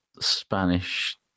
Spanish